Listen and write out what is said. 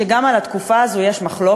וגם על התקופה הזו יש מחלוקת: